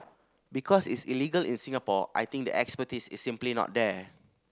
because it's illegal in Singapore I think the expertise is simply not there